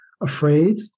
afraid